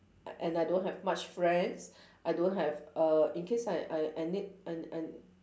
and I don't have much friends I don't have err in case I I I need I n~ I